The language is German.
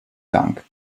dank